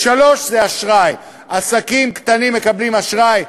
3. אשראי: עסקים קטנים מקבלים אשראי,